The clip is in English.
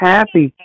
Happy